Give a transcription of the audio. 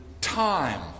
time